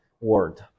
word